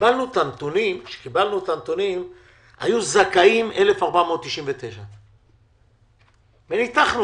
כשקיבלנו את הנתונים היו זכאים 1,499. התברר לנו